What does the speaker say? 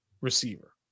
receiver